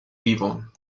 vivon